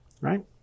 right